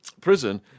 prison